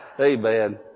Amen